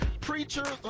preachers